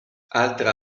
altra